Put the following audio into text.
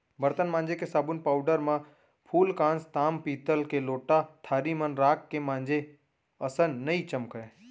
बरतन मांजे के साबुन पाउडर म फूलकांस, ताम पीतल के लोटा थारी मन राख के मांजे असन नइ चमकय